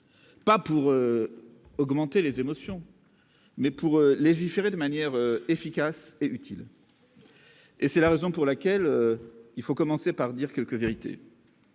pas pour amplifier les émotions, mais pour légiférer de manière efficace et utile. Absolument ! C'est la raison pour laquelle il nous faut commencer par dire quelques vérités.